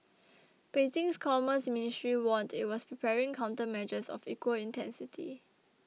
Beijing's commerce ministry warned it was preparing countermeasures of equal intensity